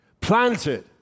planted